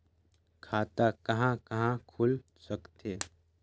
खाता कहा कहा खुल सकथे?